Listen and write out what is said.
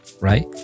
right